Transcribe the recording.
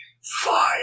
FIRE